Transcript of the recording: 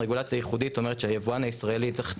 רגולציה ייחודית אומרת שהיבואן הישראלי צריך ללכת